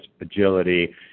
agility